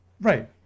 Right